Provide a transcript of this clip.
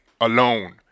alone